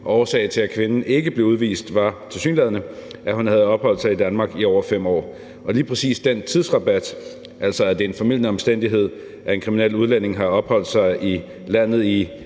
årsagen til, at kvinden ikke blev udvist, var tilsyneladende, at hun havde opholdt sig i Danmark i over 5 år. Lige præcis den tidsrabat, altså det, at det er en formildende omstændighed, at en kriminel udlænding har opholdt sig i landet i